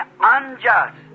unjust